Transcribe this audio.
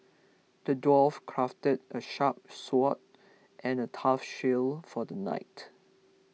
the dwarf crafted a sharp sword and a tough shield for the knight